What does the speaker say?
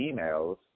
emails